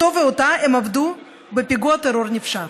ואותו ואותה הם איבדו בפיגוע טרור נפשע.